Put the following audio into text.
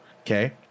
Okay